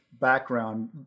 background